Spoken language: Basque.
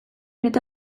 eta